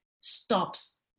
stops